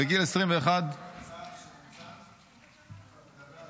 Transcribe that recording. בגיל 21 --- אתה מדבר על